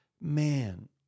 man